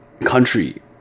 country